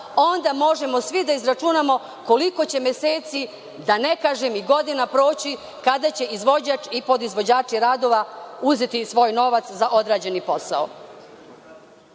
onda možemo svi da izračunamo koliko će meseci da ne kažem i godina proći kada će izvođač i podizvođač radova uzeti svoj novac za određeni